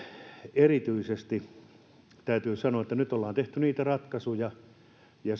erityisesti täytyy sanoa että nyt ollaan tehty ratkaisuja ja